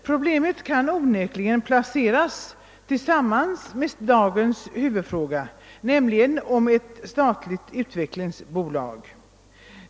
Den frågan kan utan tvivel upptas i samband med dagens huvudfråga, alltså det statliga utvecklingsbolaget.